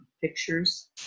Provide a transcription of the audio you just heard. pictures